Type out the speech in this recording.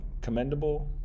Commendable